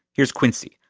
here's quincy,